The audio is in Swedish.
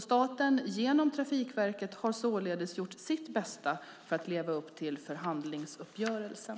Staten, genom Trafikverket, har således gjort sitt bästa för att leva upp till förhandlingsuppgörelsen.